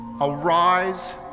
Arise